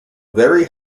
very